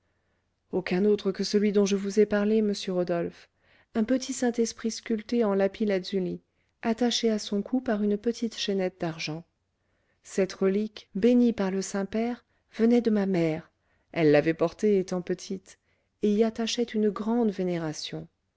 aucun autre que celui dont je vous ai parlé monsieur rodolphe un petit saint-esprit sculpté en lapis-lazuli attaché à son cou par une petite chaînette d'argent cette relique bénie par le saint-père venait de ma mère elle l'avait portée étant petite et y attachait une grande vénération